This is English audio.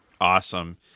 Awesome